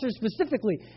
specifically